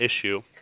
issue